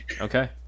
Okay